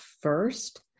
first